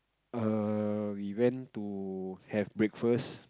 err we went to have breakfast